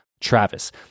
Travis